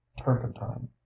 turpentine